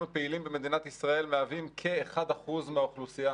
הפעילים במדינת ישראל מהווים כאחוז אחד מהאוכלוסייה.